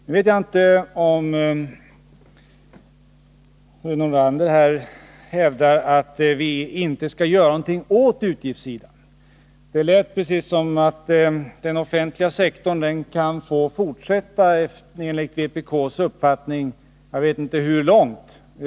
Jag vet inte om fru Nordlander hävdar att vi inte skall göra något åt utgiftssidan — det lät som om den offentliga sektorn enligt vpk:s uppfattning kan få fortsätta hur långt som helst.